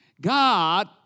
God